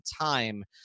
time